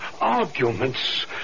Arguments